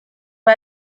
who